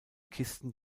kisten